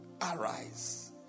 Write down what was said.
arise